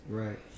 right